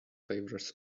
favours